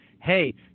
hey